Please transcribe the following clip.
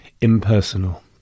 impersonal